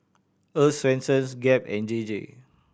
Earl's Swensens Gap and J J